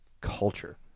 culture